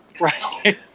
Right